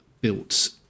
built